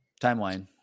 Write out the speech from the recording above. timeline